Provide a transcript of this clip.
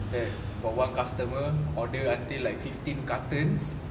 that got one customer order until like fifteen cartons